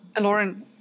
Lauren